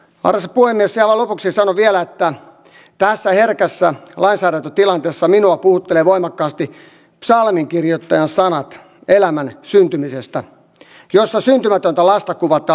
aivan lopuksi sanon vielä että tässä herkässä lainsäädäntötilanteessa minua puhuttelee voimakkaasti psalminkirjoittajan sanat elämän syntymisestä jossa syntymätöntä lasta kuvataan ihmisenä